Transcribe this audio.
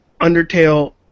Undertale